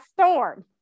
storm